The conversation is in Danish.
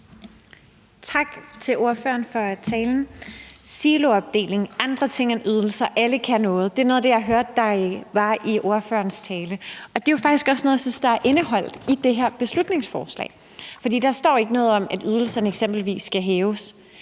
Tak til ordføreren for talen. Siloopdeling, andre ting end ydelser, alle kan noget. Det er noget af det, jeg hørte var i ordførerens tale. Det er jo faktisk også noget, jeg synes er indeholdt i det her beslutningsforslag. Der står ikke noget om, at ydelserne eksempelvis skal hæves.